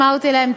אמרתי להם,